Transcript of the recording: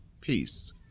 peace